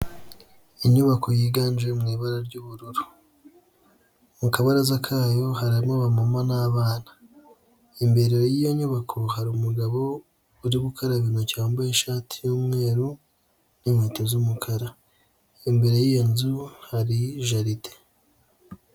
Inyubako yiganje mu ibara ry'ubururu. Mu kabaraza kayo harimo aba mama n'abana imbere y'iyo nyubako haru umugabo uri gukaraba intoki wambaye ishati y'umweru n'inkweto z'umukara imbere y'iyo nzu hari jaridi.